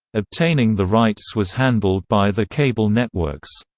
obtaining the rights was handled by the cable networks.